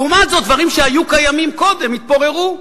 לעומת זאת, דברים שהיו קיימים קודם התפוררו.